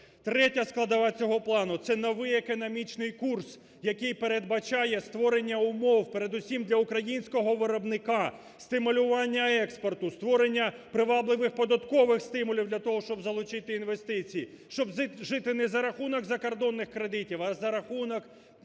Третя складова цього плану – це новий економічний курс, який передбачає створення умов, передусім для українського виробника, стимулювання експорту, створення привабливих податкових стимулів для того, щоб залучити інвестиції, щоб жити не за рахунок закордонних кредитів, а за рахунок